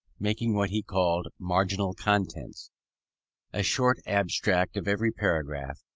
making what he called marginal contents a short abstract of every paragraph,